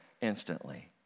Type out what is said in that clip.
instantly